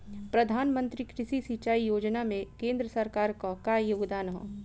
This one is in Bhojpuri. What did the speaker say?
प्रधानमंत्री कृषि सिंचाई योजना में केंद्र सरकार क का योगदान ह?